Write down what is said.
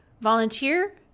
volunteer